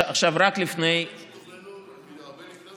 תכננו הרבה לפני